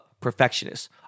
perfectionist